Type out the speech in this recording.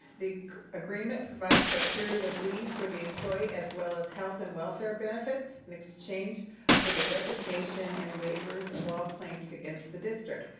the agreement provides for a period of leave for the employee as well as health and welfare benefits in exchange for the resignation and waivers of all claims against the district.